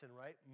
right